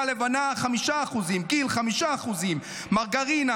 לבנה עלתה ב-5%; גיל עלה ב-5%; מרגרינה,